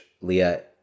Leah